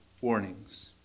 warnings